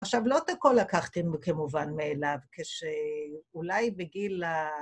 עכשיו, לא את הכל לקחתי כמובן מאליו, כשאולי בגיל ה...